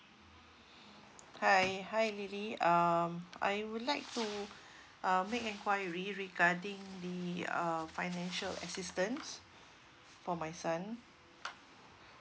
hi hi L I L Y um I would like to um make enquiry regarding the uh financial assistance for my son